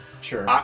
Sure